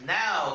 now